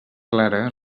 clara